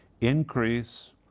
increase